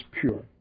pure